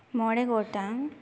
ᱢᱚᱬᱮ ᱜᱚᱴᱟᱱ